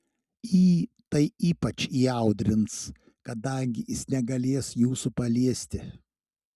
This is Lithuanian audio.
jį tai ypač įaudrins kadangi jis negalės jūsų paliesti